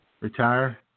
retire